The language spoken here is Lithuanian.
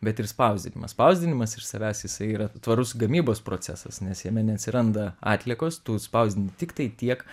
bet ir spausdinimas spausdinimas iš savęs jisai yra tvarus gamybos procesas nes jame neatsiranda atliekos tų spausdini tiktai tiek